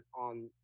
on